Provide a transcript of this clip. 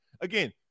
Again